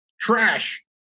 trash